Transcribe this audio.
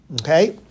okay